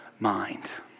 mind